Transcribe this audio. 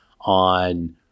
on